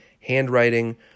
handwriting